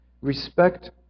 respect